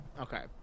Okay